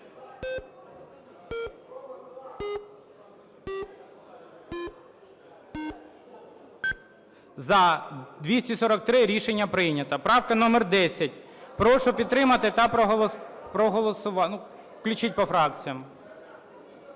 За-243 Рішення прийнято. Правка номер 10. Прошу підтримати та проголосувати. Ну, включіть по фракціям.